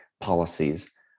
policies